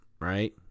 right